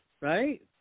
right